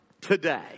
today